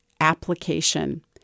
application